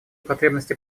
потребности